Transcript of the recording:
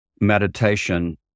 meditation